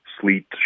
sleet